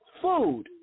Food